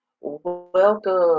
Welcome